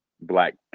black